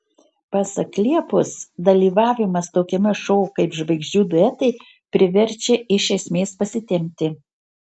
pasak liepos dalyvavimas tokiame šou kaip žvaigždžių duetai priverčia iš esmės pasitempti